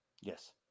yes